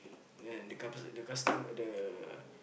and then the couple the custom the